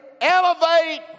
elevate